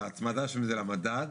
שההצמדה שם זה למדד,